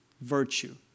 Virtue